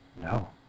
No